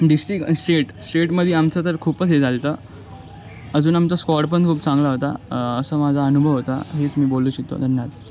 district state स्टेटमध्ये आमचं तर खूपच हे झालं होतं अजून आमचा स्कॉड पण खूप चांगला होता असा माझा अनुभव होता हेच मी बोलू शकतो धन्यवाद